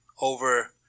over –